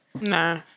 No